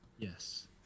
yes